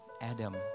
Adam